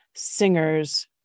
singers